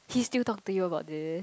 she still talk to you about this